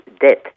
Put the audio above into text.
death